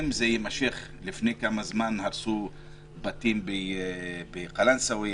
לפני כמה זמן הרסו בתים בקלנסווה,